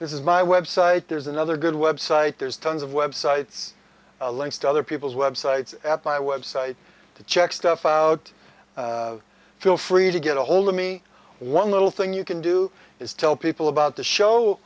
this is my website there's another good website there's tons of websites a links to other people's websites at my website to check stuff out feel free to get ahold of me one little thing you can do is tell people about the show